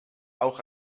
auch